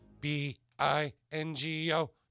B-I-N-G-O